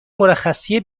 مرخصی